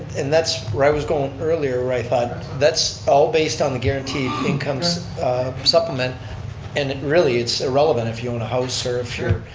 and that's where i was going earlier where i thought that's all based on the guaranteed income so supplement and it really, it's irrelevant if you own a house or if you're,